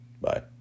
Bye